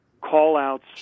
call-outs